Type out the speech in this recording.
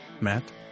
Matt